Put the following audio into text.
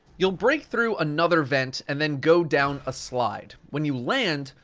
you'll break through another vent and then go down a slide. when you land,